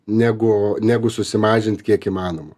negu negu susimažint kiek įmanoma